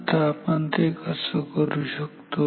आता आपण ते कसं करू शकतो